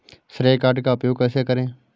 श्रेय कार्ड का उपयोग कैसे करें?